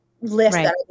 list